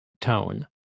tone